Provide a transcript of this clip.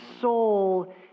soul